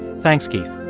thanks, keith